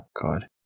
God